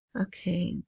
Okay